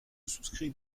souscris